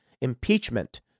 Impeachment